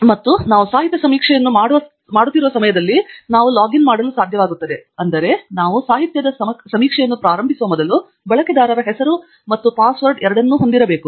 ಮತ್ತು ನಾವು ಸಾಹಿತ್ಯ ಸಮೀಕ್ಷೆಯನ್ನು ಮಾಡುತ್ತಿರುವ ಸಮಯದಲ್ಲಿ ನಾವು ಲಾಗಿನ್ ಮಾಡಲು ಸಾಧ್ಯವಾಗುತ್ತದೆ ಅಂದರೆ ನಾವು ಸಾಹಿತ್ಯದ ಸಮೀಕ್ಷೆಯನ್ನು ಪ್ರಾರಂಭಿಸುವ ಮೊದಲು ನಾವು ಬಳಕೆದಾರರ ಹೆಸರು ಮತ್ತು ಪಾಸ್ವರ್ಡ್ ಅನ್ನು ಹೊಂದಿರಬೇಕು